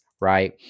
right